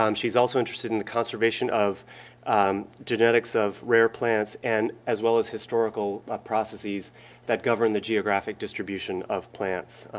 um she's also interested in the conservation of genetics of rare plants and as well as historical processes that govern the geographic distribution of plants.